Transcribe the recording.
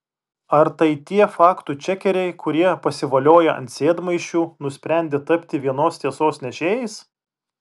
ar tai tie faktų čekeriai kurie pasivolioję ant sėdmaišių nusprendė tapti vienos tiesos nešėjais